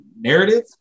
narrative